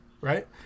right